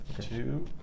two